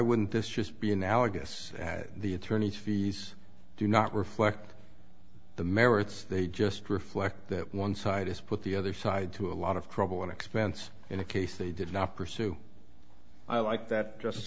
wouldn't this just be analogous to the attorney's fees do not reflect the merits they just reflect that one side is put the other side to a lot of trouble and expense in a case they did not pursue i like that just